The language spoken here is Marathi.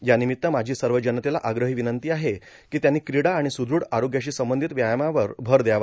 यानिमित्त माझी सर्व जनतेला आग्रही विनंती आहे की त्यांनी क्रीडा आणि सुद्रढ आरोग्याशी संबंधित व्यायामावर भर द्यावा